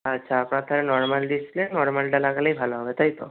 আচ্ছা আপনার তাহলে নর্মাল ডিসপ্লে নর্মালটা লাগালেই ভালো হবে তাই তো